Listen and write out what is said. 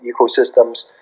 ecosystems